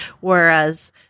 whereas